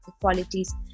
qualities